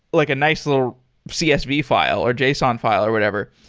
like a nice little csv file, or json file or whatever,